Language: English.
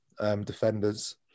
defenders